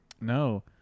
No